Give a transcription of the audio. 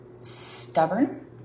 stubborn